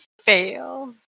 fail